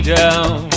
down